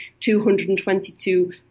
222